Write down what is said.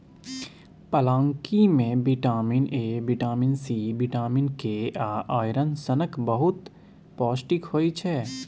पलांकी मे vitamin A, vitamin C, vitamin K आ आइरन सनक बहुत पौष्टिक होइ छै